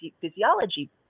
physiology